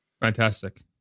fantastic